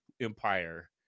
empire